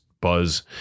buzz